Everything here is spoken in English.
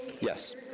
yes